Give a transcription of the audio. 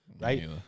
right